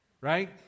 Right